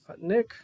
Nick